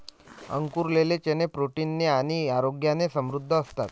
अंकुरलेले चणे प्रोटीन ने आणि आरोग्याने समृद्ध असतात